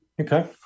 Okay